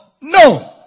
No